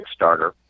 Kickstarter